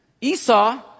Esau